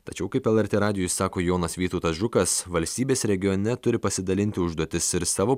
tačiau kaip lrt radijui sako jonas vytautas žukas valstybės regione turi pasidalinti užduotis ir savo